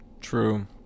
True